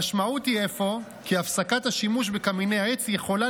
המשמעות היא אפוא כי הפסקת השימוש בקמיני עץ יכולה